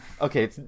Okay